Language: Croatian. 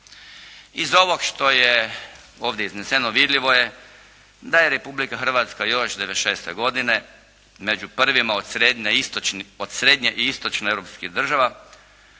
Iz ovog što je ovdje izneseno vidljivo je da je Republika Hrvatska još 1996. godine među prvima od srednje, od srednje i istočnih europskih država